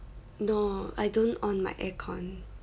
no I don't on my aircon